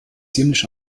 ziemlich